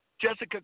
Jessica